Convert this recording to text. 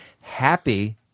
happy